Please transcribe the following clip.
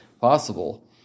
possible